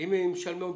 אם הם משלמים פחות.